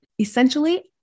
Essentially